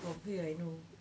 from here I know